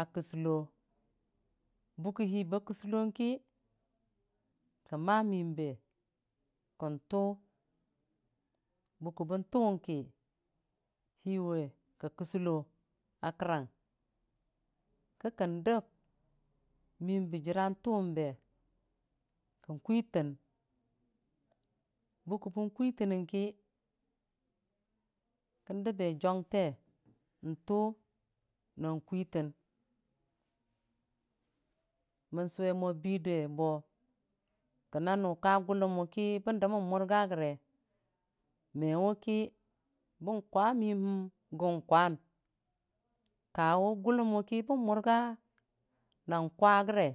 a kəgəlo buko hii ba gəsolongki ko maa mimbe konʊ bukə bon tʊwʊ, ki hiiwi ka kəsəlo a gərang kikən dəm miin bə jita nyueʊmbe kon kwitən bʊkko bən kwitənən ki kə ndəm be jeuke n'tu nan kwitən mon suwemo dinde bo kənanu ka gʊlən we ki bəndəmən murga rəge me weki bən kwamiim him kən kwun kawu kulum wuki bon murga non kwa gəre.